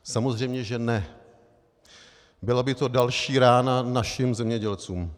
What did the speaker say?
Samozřejmě že ne, byla by to další rána našim zemědělcům.